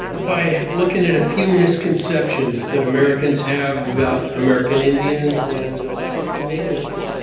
by looking at a few misconceptions that americans have about american indians and alaskan natives.